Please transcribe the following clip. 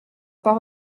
pas